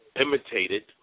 imitated